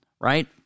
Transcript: right